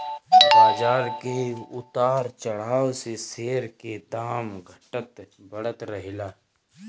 बाजार के उतार चढ़ाव से शेयर के दाम घटत बढ़त रहेला